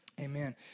amen